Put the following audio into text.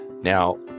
Now